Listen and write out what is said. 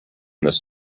this